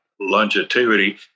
longevity